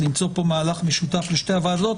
למצוא פה מהלך משותף לשתי הוועדות.